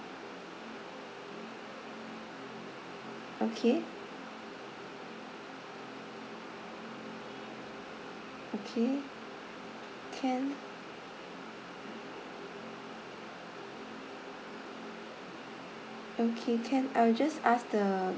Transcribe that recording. okay okay can okay can I'll just ask the